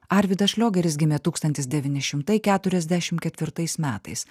arvydas šliogeris gimė tūkstantis devyni šimtai keturiasdešim ketvirtais metais